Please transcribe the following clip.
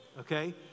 Okay